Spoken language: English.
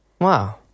wow